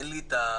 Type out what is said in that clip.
חברים,